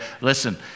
listen